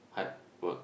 hard work